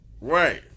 Right